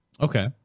Okay